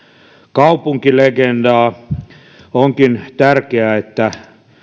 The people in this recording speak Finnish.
kaupunkilegendaa onkin tärkeää että